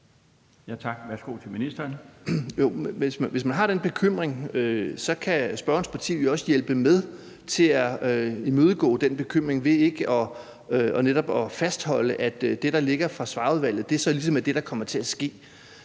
fiskeri (Jacob Jensen): Hvis man har den bekymring, kan spørgerens parti jo også hjælpe til med at imødegå den bekymring ved netop ikke at fastholde, at det, der ligger fra Svarerudvalget, ligesom er det, der kommer til at ske.